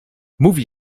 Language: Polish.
mówi